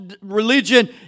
religion